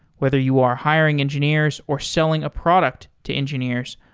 whether you are hiring engineers or selling a product to engineers,